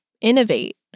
innovate